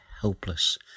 helpless